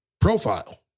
profile